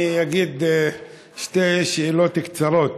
אני אגיד שתי שאלות קצרות.